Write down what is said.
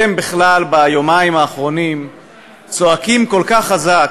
אתם בכלל ביומיים האחרונים צועקים כל כך חזק,